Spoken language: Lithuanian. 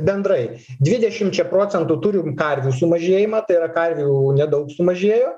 bendrai dvidešimčia procentų turim karvių sumažėjimą tai yra karvių nedaug sumažėjo